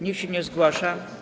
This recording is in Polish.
Nikt się nie zgłasza.